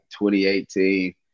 2018